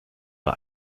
war